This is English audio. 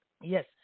Yes